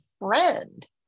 friend